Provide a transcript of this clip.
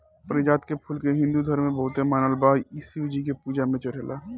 पारिजात के फूल के हिंदू धर्म में बहुते मानल बा इ शिव जी के पूजा में चढ़ेला